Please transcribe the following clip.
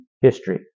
history